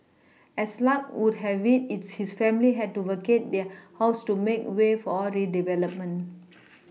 as luck would have it its his family had to vacate their house to make way for redevelopment